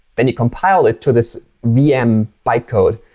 then you compile it to this vm bytecode.